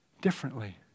differently